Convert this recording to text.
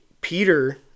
Peter